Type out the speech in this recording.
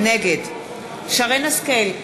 נגד שרן השכל,